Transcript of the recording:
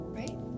right